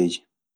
jaasi fey."